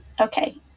okay